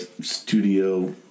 studio